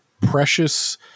Precious